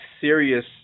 serious